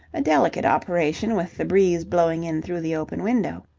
a delicate operation with the breeze blowing in through the open window.